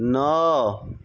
ନଅ